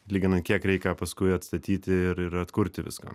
lyginant kiek reikia paskui atstatyti ir ir atkurti visko